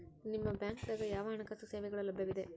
ನಿಮ ಬ್ಯಾಂಕ ದಾಗ ಯಾವ ಹಣಕಾಸು ಸೇವೆಗಳು ಲಭ್ಯವಿದೆ?